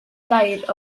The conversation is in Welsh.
dair